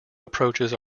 approaches